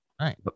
right